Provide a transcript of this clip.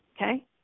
Okay